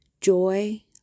joy